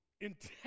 intense